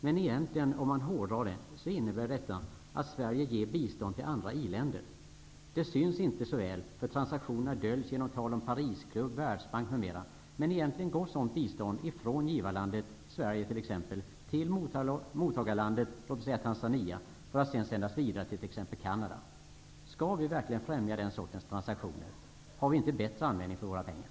Men egentligen -- om man hårdrar det -- innebär detta att Sverige ger bistånd till andra iländer. Det syns inte så väl, för transaktionerna döljs genom tal om Parisklubb, Världsbanken m.m. Men egentligen går sådant bistånd från givarlandet, Sverige t.ex., till mottagarlandet, låt oss säga Tanzania, för att sedan sändas vidare till t.ex. Canada. Skall vi verkligen främja den sortens transaktioner? Har vi inte bättre användning för våra pengar?